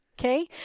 Okay